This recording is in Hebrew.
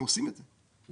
אנחנו עושים את זה.